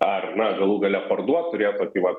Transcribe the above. ar na galų gale parduot turėt tokį va